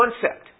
concept